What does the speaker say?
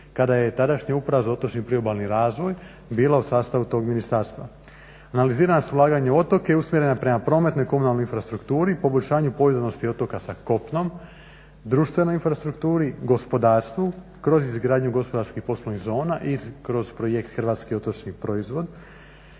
kada je tadašnja uprava za otočni priobalni razvoj bila u sastavu tog ministarstva. Analizirana su ulaganja u otoke usmjerena prema prometnoj, komunalnoj infrastrukturi, poboljšanju povezanosti otoka sa kopnom, društvenoj infrastrukturi, gospodarstvu kroz izgradnju gospodarskih poslovnih zona i kroz projekt Hrvatski otočni proizvod,